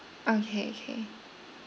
okay okay